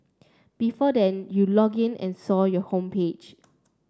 before then you log in and saw your homepage